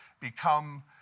become